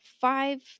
five